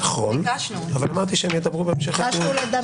נכון, אבל אמרתי שהם ידברו בהמשך הדיון.